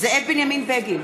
זאב בנימין בגין,